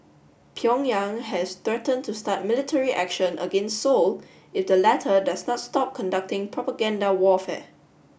Pyongyang has threatened to start military action against Seoul if the latter does not stop conducting propaganda warfare